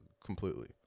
completely